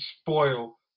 spoil